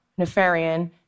Nefarian